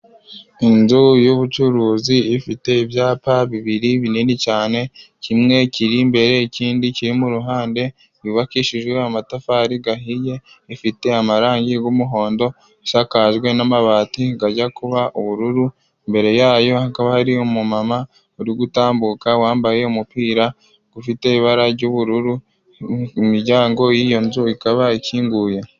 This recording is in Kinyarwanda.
Inzu y'ubucuruzi ifite ibyapa bibiri binini cyane kimwe kiri imbere ikindi kiri muruhande yubakishijwe amatafari ahiye. Ifite amarangi y'umuhondo asakajwe n'amabati ajya kuba ubururu, imbere yayo hakaba hari umumama uri gutambuka wambaye umupira ufite ibara ry'ubururu, imiryango y'iyo nzu ikaba ikinguye.